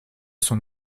son